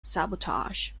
sabotage